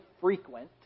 frequent